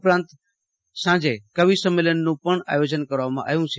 ઉપરાંત સાંજે કવિ સંમેલનનું પણ આયોજન કરવામાં આવ્યુ છે